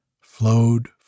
flowed